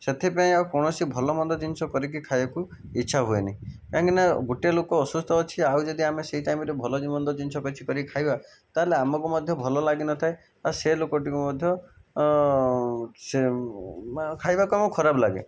ସେଥିପାଇଁ ଆଉ କୌଣସି ଭଲ ମନ୍ଦ ଜିନିଷ କରିକି ଖାଇବାକୁ ଇଚ୍ଛା ହୁଏନି କାହିଁକିନା ଗୋଟିଏ ଲୋକ ଅସୁସ୍ଥ ଅଛି ଆଉ ଯଦି ଆମେ ସେହି ଟାଇମରେ ଭଲ କି ମନ୍ଦ ଜିନିଷ ବାଛିକରି ଖାଇବା ତା ହେଲେ ଆମକୁ ମଧ୍ୟ ଭଲ ଲାଗି ନ ଥାଏ ଆଉ ସେ ଲୋକଟିକୁ ମଧ୍ୟ ଖାଇବାକୁ ଆମକୁ ଖରାପ ଲାଗେ